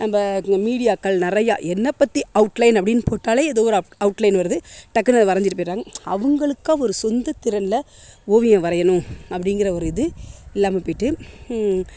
நம்ப இந்த மீடியாக்கள் நிறையா என்ன பற்றி அவுட்லைன் அப்டின்னு போட்டாலே ஏதோ ஒரு அப் அவுட்லைன் வருது டக்குனு வரைஞ்சிட்டு போயிடறாங்க அவங்களுக்கா ஒரு சொந்த திறனில் ஓவியம் வரையணும் அப்படிங்கிற ஒரு இது இல்லாமல் போய்ட்டு